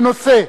בנושא,